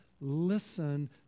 Listen